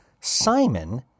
Simon